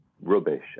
rubbish